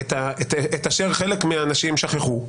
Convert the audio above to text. את אשר חלק מהאנשים שכחו,